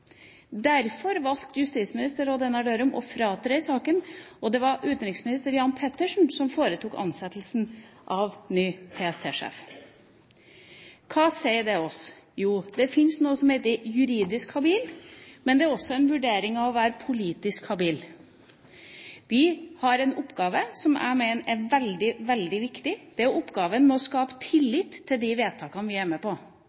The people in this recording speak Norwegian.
Derfor valgte justisminister Odd Einar Dørum å fratre i saken, og det var utenriksminister Jan Petersen som foretok ansettelsen av ny PST-sjef. Hva sier dette oss? Jo, det finnes noe som heter å være juridisk habil, men det er også en vurdering om man er politisk habil. Vi har en oppgave som jeg mener er veldig, veldig viktig, og det er å skape tillit til de vedtakene vi er med på